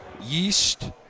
yeast